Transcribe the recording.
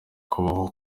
kubaho